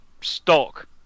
stock